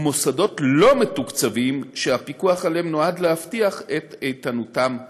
ומוסדות לא מתוקצבים שהפיקוח עליהם נועד להבטיח את איתנותם הפיננסית.